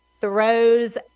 throws